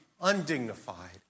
undignified